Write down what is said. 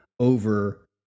over